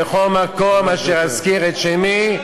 בכל מקום אשר אזכיר את שמי,